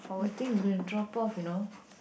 the thing is gonna drop off you know